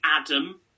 Adam